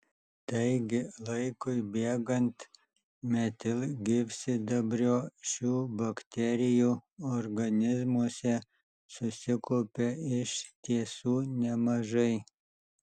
taigi laikui bėgant metilgyvsidabrio šių bakterijų organizmuose susikaupia iš tiesų nemažai